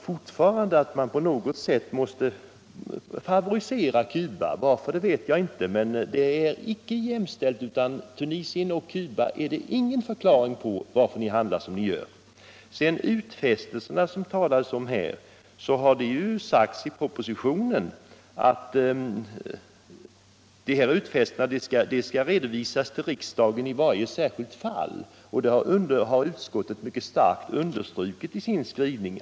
Fortfarande vill socialdemokraterna favorisera Cuba. Varför vet jag inte. Men det råder inte jämställdhet. Det finns ingen förklaring till att ni handlar som ni gör beträffande Tunisien och Cuba. Det har talats om utfästelser. I propositionen sägs att dessa utfästelser skall redovisas till riksdagen i varje särskilt fall. Det har också utskottet mycket starkt understrukit i sin skrivning.